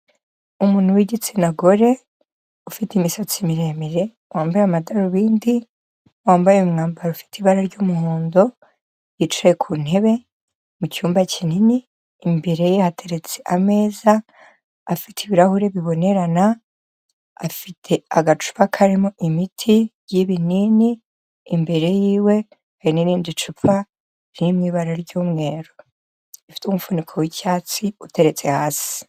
Umuntu w'igitsina gore ufite imisatsi miremire, wambaye amadarubindi, wambaye umwambaro ufite ibara ry'umuhondo. Yicaye ku ntebe mu cyumba kinini, imbere ye hateretse ameza afite ibirahuri bibonerana, afite agacupa karimo imiti y'ibinini imbere y'iwe hari n'irindi icupa ririmo ibara ry'umweru rifite umufuniko w'icyatsi uteretse hasi.